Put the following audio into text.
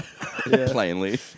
plainly